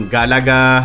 Galaga